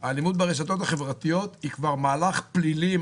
האלימות ברשתות החברתיות היא כבר מהלך פלילי,